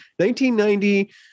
1990